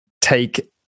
take